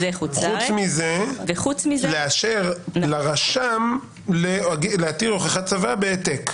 חוץ מזה יש את העניין של לאשר לרשם להתיר הוכחת צוואה בהעתק.